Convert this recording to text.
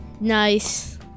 nice